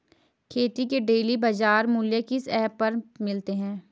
खेती के डेली बाज़ार मूल्य किस ऐप पर मिलते हैं?